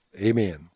amen